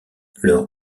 leur